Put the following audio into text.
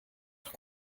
être